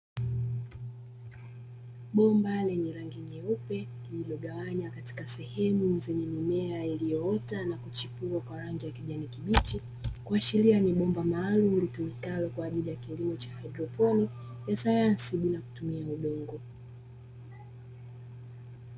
Bomba lenye rangi nyeupe lililogawanywa katika sehemu zenye mimea iliyopita na kuchipua kwa rangi ya kijani kibichi, kuashiria ni bomba maalumu litumikalo kwa ajili ya kilimo cha haidroponi ya sayansi bila kutumia udongo.